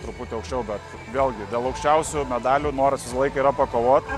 truputį aukščiau bet vėlgi dėl aukščiausių medalių noras visą laiką yra pakovot